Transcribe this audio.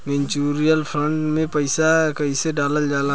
Mutual fund मे पईसा कइसे डालल जाला?